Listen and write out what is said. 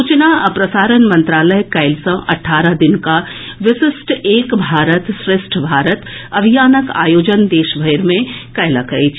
सूचना आ प्रसारण मंत्रालय काल्हि सँ अठारह दिनक विशिष्ट एक भारत श्रेष्ठ भारत अभियानक आयोजन देशभरि मे कयलक अछि